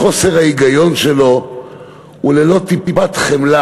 בחוסר ההיגיון שלו הוא ללא טיפת חמלה,